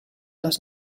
les